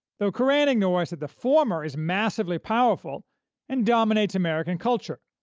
though kuran ignores that the former is massively powerful and dominates american culture,